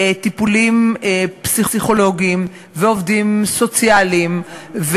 וטיפולים פסיכולוגיים ועובדים סוציאליים,